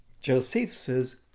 Josephus